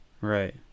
Right